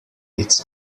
its